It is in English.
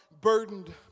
burdened